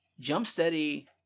Jumpsteady